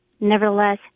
Nevertheless